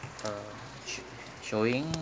uh sh~ showing